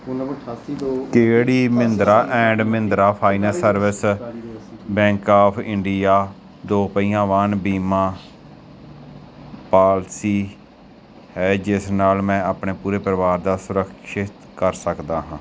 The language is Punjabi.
ਕਿਹੜੀ Mahindra and Mahindra finance service bank of India ਦੋ ਪਹੀਆ ਵਾਹਨ ਬੀਮਾ ਪਾਲਿਸੀ ਹੈ ਜਿਸ ਨਾਲ ਮੈਂ ਆਪਣੇ ਪੂਰੇ ਪਰਿਵਾਰ ਦਾ ਸੁਰੱਖਿਅਤ ਕਰ ਸਕਦਾ ਹਾਂ